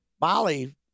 Molly